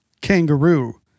kangaroo